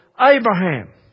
Abraham